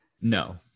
No